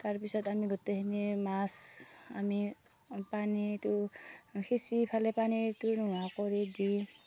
তাৰপিছত আমি গোটেইখিনিয়ে মাছ আমি পানীটো সিঁচি ইফালে পানীটো নোহোৱা কৰি দি